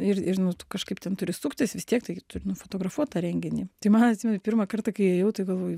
ir ir nu tu kažkaip ten turi suktis vis tiek taigi tu nufotografuot tą renginį tai man atsimenu pirmą kartą kai ėjau tai galvoju